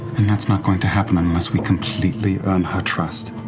and that's not going to happen unless we completely earn her trust.